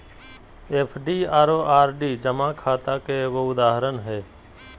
FD आरो RD जमा खाता के एगो उदाहरण हय